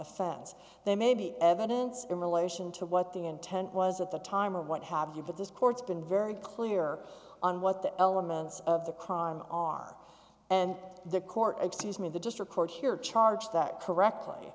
offense they may be evidence in relation to what the intent was at the time or what have you but this court's been very clear on what the elements of the crime are and the court excuse me the district court here charge that correctly